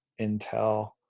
intel